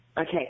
Okay